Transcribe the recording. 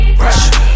pressure